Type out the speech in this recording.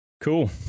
Cool